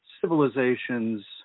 civilizations